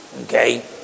Okay